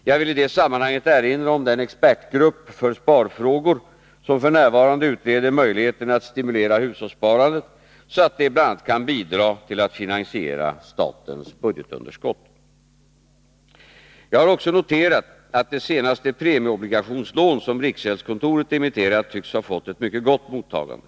Jag vill i detta sammanhang erinra om den expertgrupp för sparfrågor som f. n. utreder möjligheterna att stimulera hushållssparandet, så att det bl.a. kan bidra till att finansiera statens budgetunderskott. Jag har också noterat att det senaste premieobligationslån som riksgäldskontoret emitterat tycks ha fått ett mycket gott mottagande.